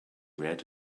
red